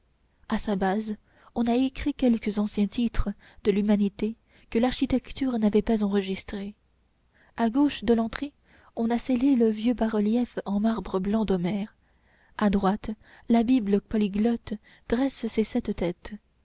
à sa base on a récrit quelques anciens titres de l'humanité que l'architecture n'avait pas enregistrés à gauche de l'entrée on a scellé le vieux bas-relief en marbre blanc d'homère à droite la bible polyglotte dresse ses sept têtes